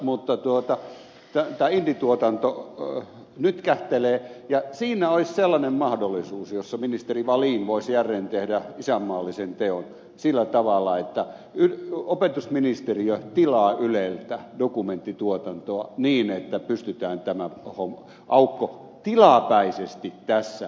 mutta tämä indietuotanto nytkähtelee ja siinä olisi sellainen mahdollisuus että ministeri wallin voisi jälleen tehdä isänmaallisen teon sillä tavalla että opetusministeriö tilaa yleltä dokumenttituotantoa niin että pystytään tämä aukko tilapäisesti tässä ja nyt täyttämään